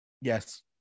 Yes